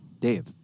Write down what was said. Dave